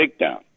takedown